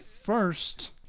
first